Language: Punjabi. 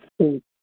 ਠੀਕ ਹੈ